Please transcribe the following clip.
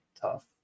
tough